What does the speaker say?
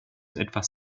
etwas